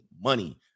money